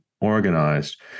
organized